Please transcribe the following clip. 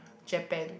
Japan